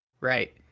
right